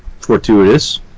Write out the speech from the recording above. fortuitous